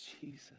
Jesus